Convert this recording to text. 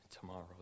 tomorrow